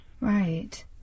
Right